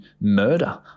murder